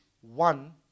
one